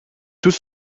tout